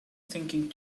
thinking